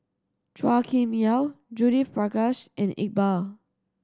Chua Kim Yeow Judith Prakash and Iqbal